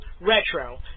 Retro